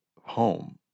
Home